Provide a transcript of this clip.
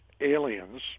aliens